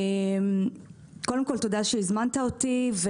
קודם כל תודה שהזמנת אותי,